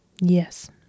Yes